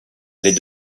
les